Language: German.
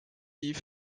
die